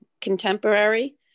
contemporary